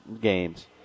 games